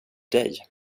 dig